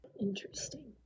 Interesting